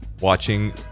watching